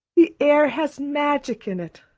the air has magic in it.